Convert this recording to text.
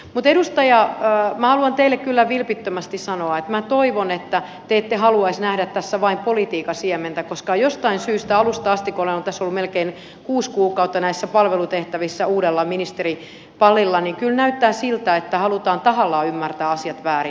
mutta edustaja minä haluan teille kyllä vilpittömästi sanoa että minä toivon että te ette haluaisi nähdä tässä vain politiikan siementä koska jostain syystä alusta asti kun olen ollut melkein kuusi kuukautta näissä palvelutehtävissä uudella ministeripallilla on kyllä näyttänyt siltä että halutaan tahallaan ymmärtää asiat väärin